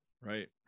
Right